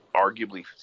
arguably